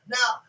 Now